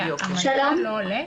הרווחה.